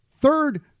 third